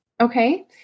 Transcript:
Okay